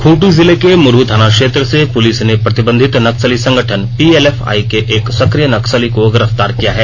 खूंटी जिले के मुरहू थाना क्षेत्र से पुलिस ने प्रतिबंधित नक्सली संगठन पीएलएफआई के एक सक्रिय नक्सली को गिरफ्तार किया है